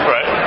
Right